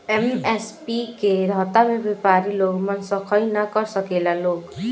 MSP के रहता में व्यपारी लोग मनसोखइ ना कर सकेला लोग